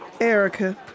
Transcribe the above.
Erica